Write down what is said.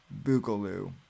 boogaloo